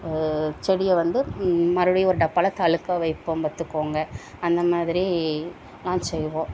செடியை வந்து மறுபடியும் ஒரு டப்பாவில் தளுர்க்க வைப்போம் பார்த்துக்கோங்க அந்தமாதிரியெலாம் செய்வோம்